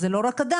אז זה לא רק אדם,